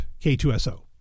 K2SO